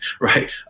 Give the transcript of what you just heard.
right